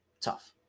tough